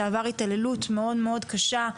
שעבר התעללות מאוד מאוד קשה,